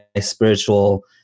spiritual